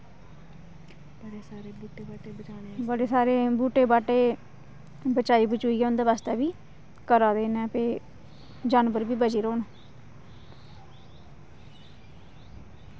बड़े सारे बूह्टे बाह्टे बचाई बचुइयै बी उं'दे बास्तै बी करा दे न भई जानवर बी बची रौह्न